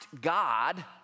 God